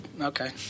Okay